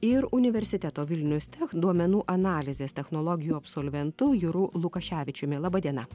ir universiteto vilnius tech duomenų analizės technologijų absolventų juru lukaševičiumi laba diena